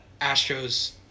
Astros